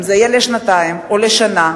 אם זה יהיה לשנתיים או לשנה,